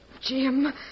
Jim